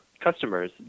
customers